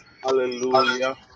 Hallelujah